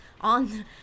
on